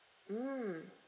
mm